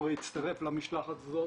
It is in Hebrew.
עמרי הצטרף למשלחת הזאת,